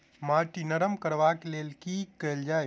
माटि नरम करबाक लेल की केल जाय?